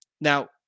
Now